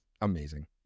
amazing